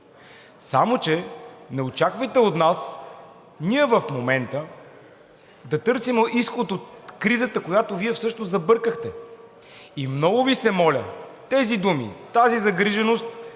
само че не очаквайте от нас ние в момента да търсим изход от кризата, която Вие всъщност забъркахте. И много Ви се моля, тези думи, тази загриженост